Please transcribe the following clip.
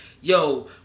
yo